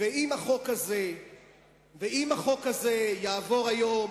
ואם החוק הזה יעבור היום,